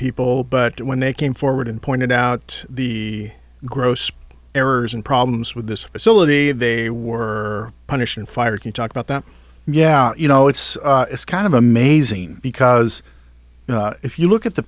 people but when they came forward and pointed out the gross errors and problems with this facility they were punished and fired you talk about that yeah you know it's it's kind of amazing because if you look at the